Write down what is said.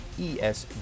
ESG